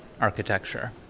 architecture